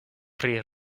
pri